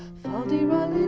fol de rol,